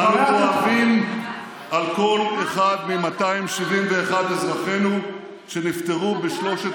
אנו כואבים על כל אחד מ-271 אזרחינו שנפטרו בשלושת